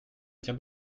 tient